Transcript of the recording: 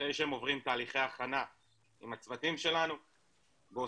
אחרי שהם עוברים תהליכי הכנה עם הצוותים שלנו באוסטרליה,